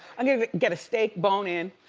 and you know get get a steak bone in.